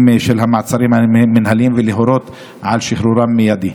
של המעצרים המינהליים ולהורות על שחרורם המיידי.